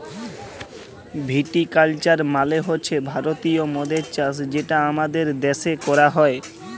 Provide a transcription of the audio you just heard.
ভিটি culture মালে হছে ভারতীয় মদের চাষ যেটা আমাদের দ্যাশে ক্যরা হ্যয়